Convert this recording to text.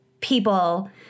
people